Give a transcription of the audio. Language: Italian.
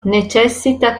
necessita